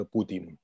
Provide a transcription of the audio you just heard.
Putin